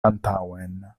antaŭen